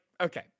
okay